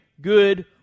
good